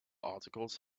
articles